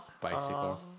Bicycle